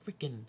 freaking